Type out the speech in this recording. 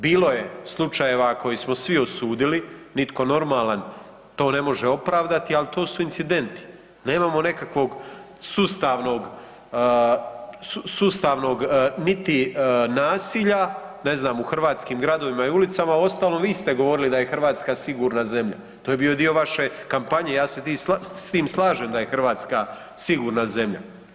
Bilo je slučajeva koje smo svi osudili, nitko normalan to ne može opravdati ali to su incidenti, nemamo nekakvog sustavnog niti nasilja, ne znam u hrvatskim gradovima i ulicama, a uostalom vi ste govorili da je Hrvatska sigurna zemlja, to je bio dio vaše kampanje, ja se s tim slažem da je Hrvatska sigurna zemlja.